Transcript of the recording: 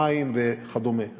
מים וכדומה.